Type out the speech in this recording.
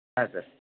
ಹಾಂ ಸರ್